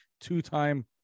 two-time